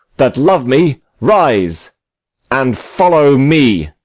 that love me, rise and follow me.